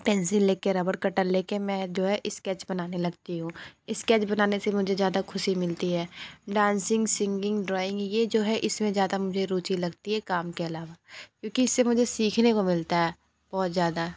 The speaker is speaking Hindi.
पेंसिल लेके रबर कटर लेके मैं जो है स्कैच बनाने लगती हूँ स्केच बनाने से मुझे ज़्यादा ख़ुशी मिलती है डानसिंग सिंगींग ड्राइंग ये जो है इसमें ज़्यादा मुझे रुची लगती है काम के अलावा क्योंकि इससे मुझे सीखने को मिलता है बहुत ज़्यादा